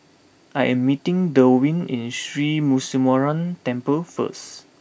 I am meeting Delwin at Sri Muneeswaran Temple first